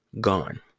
Gone